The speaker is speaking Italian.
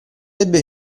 ebbe